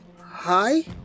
Hi